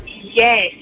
Yes